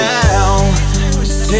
now